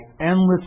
endless